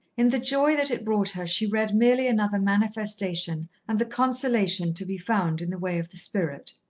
in the joy that it brought her she read merely another manifestation and the consolation to be found in the way of the spirit.